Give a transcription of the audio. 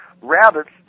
rabbits